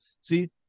See